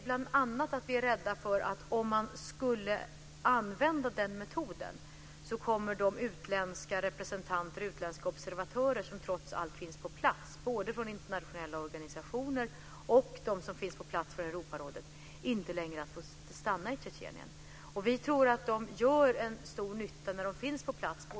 Ett av skälen är att vi är rädda för att de utländska representanter och observatörer från internationella organisationer och från Europarådet som trots allt finns på plats inte kommer att få stanna i Tjetjenien om man använder den metoden. Vi tror att de gör en stor nytta när de finns på plats.